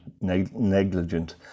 negligent